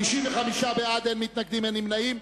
95 בעד, אין מתנגדים, אין נמנעים.